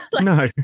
No